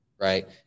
right